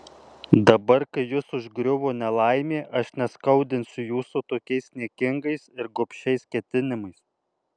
dabar kai jus užgriuvo nelaimė aš neskaudinsiu jūsų tokiais niekingais ir gobšiais ketinimais